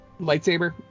lightsaber